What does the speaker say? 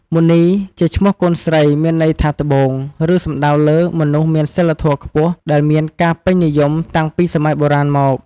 មុនីជាឈ្មោះកូនស្រី មានន័យថា ត្បូង ឬសំដៅលើ មនុស្សមានសីលធម៌ខ្ពស់ ដែលមានការពេញនិយមតាំងពីសម័យបុរាណមក។